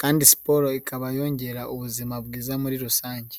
kandi siporo ikaba yongera ubuzima bwiza muri rusange.